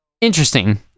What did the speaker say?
interesting